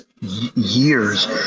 years